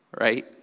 right